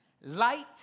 Light